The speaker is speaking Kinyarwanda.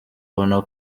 ubona